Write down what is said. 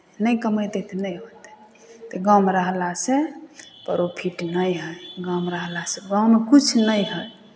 नहि कमेतै तऽ नहि होतै तऽ गाँवमे रहलासँ परोफिट नहि हइ गाँवमे रहलासँ गाँवमे किछु नहि हइ